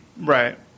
right